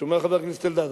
אתה שומע, חבר הכנסת אלדד?